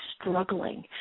struggling